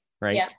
Right